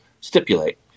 stipulate